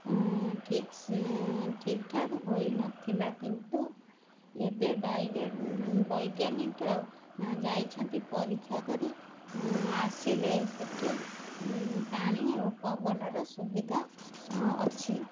ଠିକ୍ ଠିକ୍ ଠାକ୍ ହୋଇନଥିଲା କିନ୍ତୁ ଏବେ ବୈଜ୍ଞାନିକ ଯାଇଛନ୍ତି ପରୀକ୍ଷା କରି ଆସିଲେ ସେଠି ପାଣି ଓ ପବନର ସୁବିଧା ଅଛି